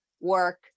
work